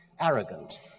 arrogant